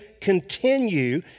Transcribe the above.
continue